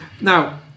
Now